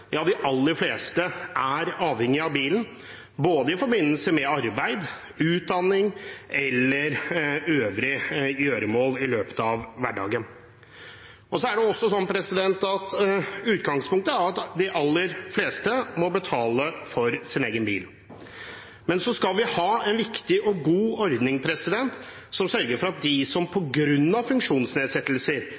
ja, de aller fleste er avhengig av bilen i forbindelse med arbeid, utdanning eller øvrige gjøremål i hverdagen. Utgangspunktet er at de aller fleste må betale for sin egen bil, men vi skal ha en viktig og god ordning som sørger for at de som